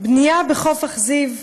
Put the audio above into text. בנייה בחוף אכזיב,